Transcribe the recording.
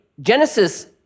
Genesis